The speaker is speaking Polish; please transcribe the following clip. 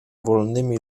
wolnymi